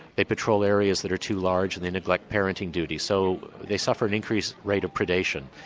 they patrol areas that are too large and they neglect parenting duties. so they suffer an increase rate of predation,